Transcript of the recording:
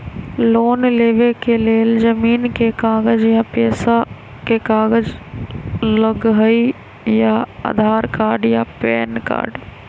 Loan लेवेके लेल जमीन के कागज या पेशा के कागज लगहई या आधार कार्ड या पेन कार्ड?